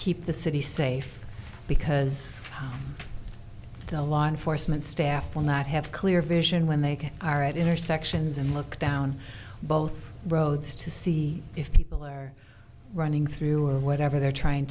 keep the city safe because the law enforcement staff will not have clear vision when they can are at intersections and look down both roads to see if people are running through whatever they're trying